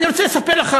אני רוצה לספר לך,